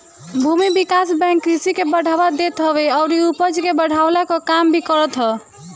भूमि विकास बैंक कृषि के बढ़ावा देत हवे अउरी उपज के बढ़वला कअ काम भी करत हअ